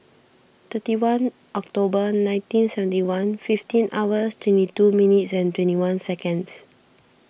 thirty one October nineteen seventy one fifteen hours twenty two minute and twenty one seconds